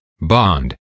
bond